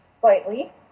slightly